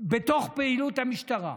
בתוך פעילות המשטרה.